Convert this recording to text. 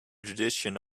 tradition